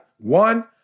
one